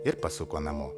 ir pasuko namo